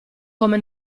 come